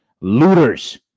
Looters